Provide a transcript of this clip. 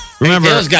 Remember